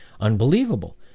unbelievable